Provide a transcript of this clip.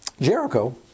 Jericho